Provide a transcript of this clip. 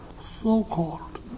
so-called